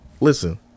Listen